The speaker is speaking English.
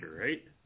right